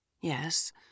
Yes